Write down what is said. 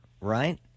right